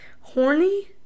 Horny